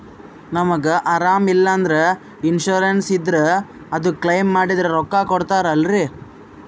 ನಮಗ ಅರಾಮ ಇಲ್ಲಂದ್ರ ಇನ್ಸೂರೆನ್ಸ್ ಇದ್ರ ಅದು ಕ್ಲೈಮ ಮಾಡಿದ್ರ ರೊಕ್ಕ ಕೊಡ್ತಾರಲ್ರಿ?